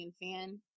fan